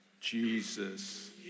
Jesus